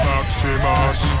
Maximus